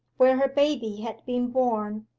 where her baby had been born,